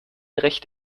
recht